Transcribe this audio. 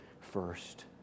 first